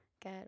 Good